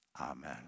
Amen